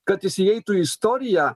kad jis įeitų į istoriją